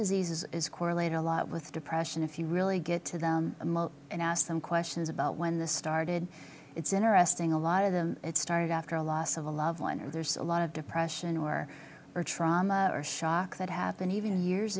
diseases is correlated a lot with depression if you really get to them and asked them questions about when this started it's interesting a lot of them started after a loss of a loved one and there's a lot of depression or or trauma or shock that happened even years